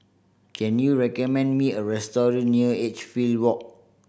can you recommend me a restaurant near Edgefield Walk